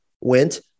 went